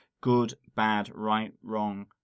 good-bad-right-wrong